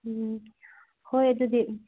ꯎꯝ ꯍꯣꯏ ꯑꯗꯨꯗꯤ